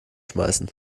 schmeißen